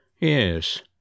Yes